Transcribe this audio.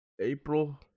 April